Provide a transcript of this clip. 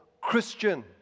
Christian